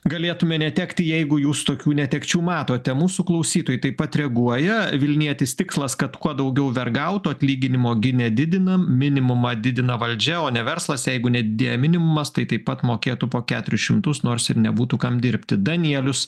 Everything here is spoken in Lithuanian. galėtumė netekti jeigu jūs tokių netekčių matote mūsų klausytojai taip pat reaguoja vilnietis tikslas kad kuo daugiau vergautų atlyginimo gi nedidiname minimumą didina valdžia o ne verslas jeigu nedidėja minimumas tai taip pat mokėtų po keturis šimtus nors ir nebūtų kam dirbti danielius